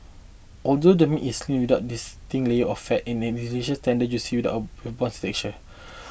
although the meat is lean without distinct lay of fat and it is deliciously tender juicy with a bouncy texture